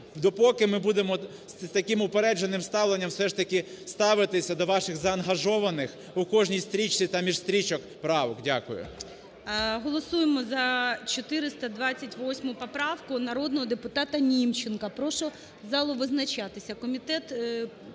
допоки ми будемо з таким упередженим ставленням все ж таки ставитися до ваших заангажованих у кожній стрічці та між стрічок правок. Дякую. ГОЛОВУЮЧИЙ. Голосуємо за 428 поправку народного депутата Німченка. Прошу залу визначатися. Комітет